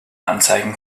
anzeigen